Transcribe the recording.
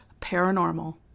paranormal